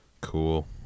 Cool